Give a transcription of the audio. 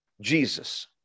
Jesus